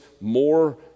more